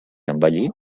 envellir